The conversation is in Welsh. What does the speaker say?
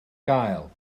gael